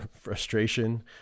frustration